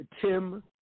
Tim